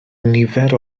nifer